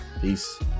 Peace